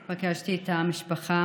גם פגשתי את המשפחה.